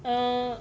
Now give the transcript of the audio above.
uh